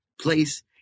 place